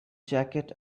jacket